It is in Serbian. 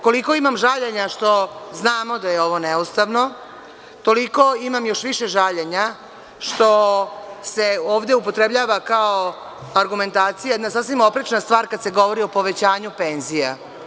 Koliko imam žaljenja što znamo da je ovo neustavno, toliko imam još više žaljenja što se ovde upotrebljava kao argumentacija jedna sasvim oprečna stvar kada se govori o povećanju penzija.